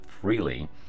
freely